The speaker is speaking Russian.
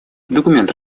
документ